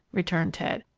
returned ted.